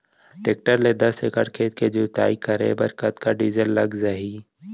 Tractor ले दस एकड़ खेत के जुताई करे बर कतका डीजल लग जाही?